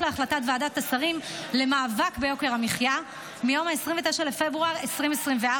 להחלטת ועדת השרים למאבק ביוקר המחיה מיום 29 בפברואר 2024,